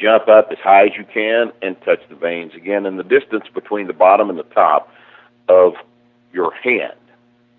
jump up as high as you can and touch the vanes again and the distance between the bottom and the top of your hand